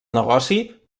negoci